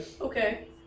Okay